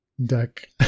deck